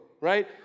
right